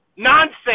Nonsense